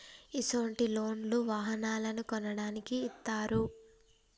ఇసొంటి లోన్లు వాహనాలను కొనడానికి ఇత్తారు